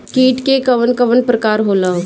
कीट के कवन कवन प्रकार होला?